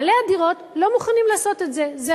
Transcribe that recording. בעלי הדירות לא מוכנים לעשות את זה,